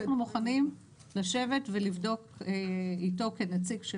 אנחנו מוכנים לשבת ולבדוק איתו כנציג של